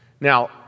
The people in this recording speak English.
Now